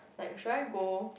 like should I go